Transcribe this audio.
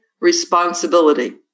responsibility